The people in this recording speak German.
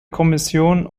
kommission